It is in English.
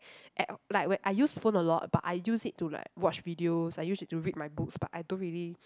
at uh like where I use the phone a lot but I use it to like watch videos I use it to read my books but I don't really